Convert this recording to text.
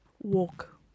walk